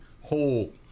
whole